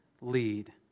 lead